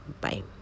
Bye